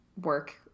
work